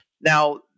Now